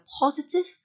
positive